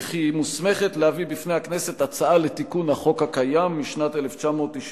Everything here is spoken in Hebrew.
וכי היא מוסמכת להביא בפני הכנסת הצעה לתיקון החוק הקיים משנת 1999,